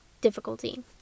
difficulty